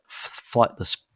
flightless